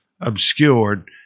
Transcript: obscured